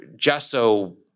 gesso